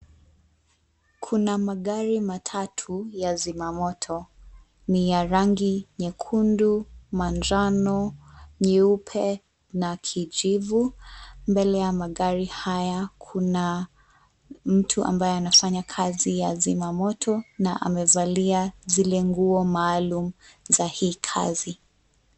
Kuna magari matatu ya zimamoto, ni ya rangi nyekundu, manjano, nyeupe na kijivu. Mbele ya magari haya, kuna mtu ambaye anafanya kazi ya zimamoto na amevalia zile nguo maalumu za hii kazi.